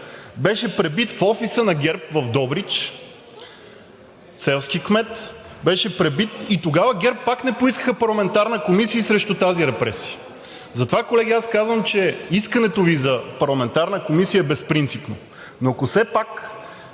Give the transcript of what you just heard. беше пребит в офиса на ГЕРБ в Добрич – селски кмет, беше пребит и тогава ГЕРБ пак не поискаха парламентарна комисия срещу тази репресия. Затова, колеги, аз казвам, че искането Ви за парламентарна комисия е безпринципно. Но ако все пак